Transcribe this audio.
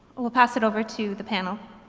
we'll pass it over to the panel.